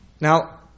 Now